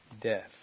death